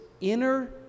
inner